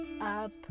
up